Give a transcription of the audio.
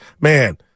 man